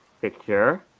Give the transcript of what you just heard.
picture